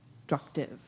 destructive